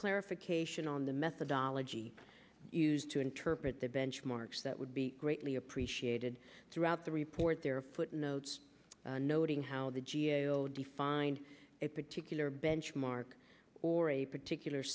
clarification on the methodology used to interpret the benchmarks that would be greatly appreciated throughout the report there footnotes noting how the g a o defined a particular benchmark or a particular